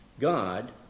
God